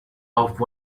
off